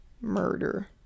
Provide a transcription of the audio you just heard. murder